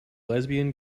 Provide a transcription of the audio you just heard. lesbian